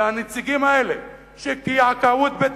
שהנציגים האלה שתעתעו בבית-המשפט,